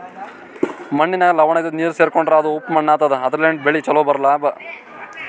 ಮಣ್ಣಿನಾಗ್ ಲವಣ ಇದ್ದಿದು ನೀರ್ ಸೇರ್ಕೊಂಡ್ರಾ ಅದು ಉಪ್ಪ್ ಮಣ್ಣಾತದಾ ಅದರ್ಲಿನ್ಡ್ ಬೆಳಿ ಛಲೋ ಬರ್ಲಾ